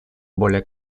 более